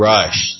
Rush